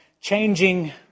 changing